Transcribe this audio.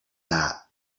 that